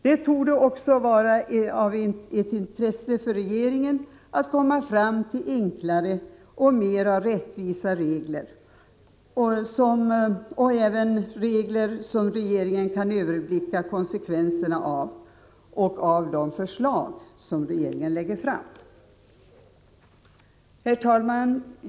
Det torde också vara ett intresse för regeringen att komma fram till enklare och mera rättvisa regler, som innebär att regeringen kan överblicka konsekvenserna av sina förslag. Herr talman!